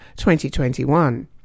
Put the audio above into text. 2021